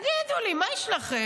תגידו לי, מה יש לכם?